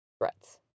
threats